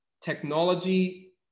technology